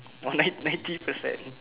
one night ninety percent